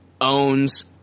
owns